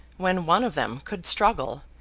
when one of them could struggle,